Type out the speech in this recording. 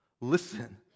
Listen